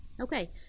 Okay